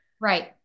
Right